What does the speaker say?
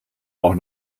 auch